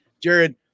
Jared